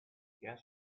guest